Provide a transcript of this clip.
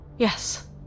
Yes